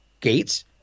Gates